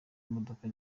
imodoka